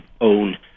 own